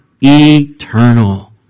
eternal